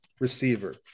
receiver